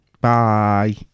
Bye